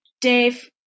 Dave